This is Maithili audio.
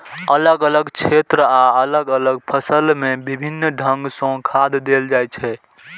अलग अलग क्षेत्र आ अलग अलग फसल मे विभिन्न ढंग सं खाद देल जाइ छै